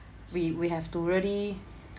we we have to really